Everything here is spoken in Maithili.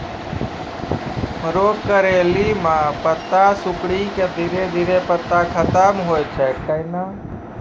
मरो करैली म पत्ता सिकुड़ी के धीरे धीरे पत्ता खत्म होय छै कैनै?